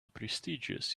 prestigious